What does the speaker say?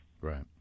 Right